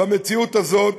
במציאות הזאת,